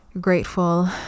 grateful